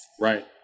Right